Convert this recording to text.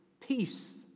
Peace